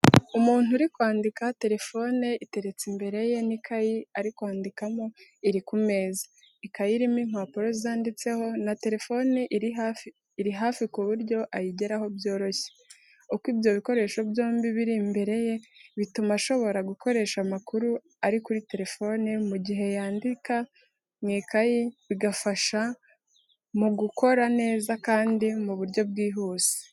Umuntu uri kwandika telefone iteretse imbere ye n'ikayi ari kwandikamo iri ku meza. Ikayi irimo impapuro zanditseho, na ho telefone iri hafi ku buryo ayigeraho byoroshye. Uko ibyo bikoresho byombi biri imbere ye bituma ashobora gukoresha amakuru ari kuri telefone mu gihe yandika mu ikayi, bigafasha mu gukora neza kandi mu buryo bwihuse.